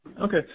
Okay